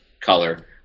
color